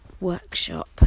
workshop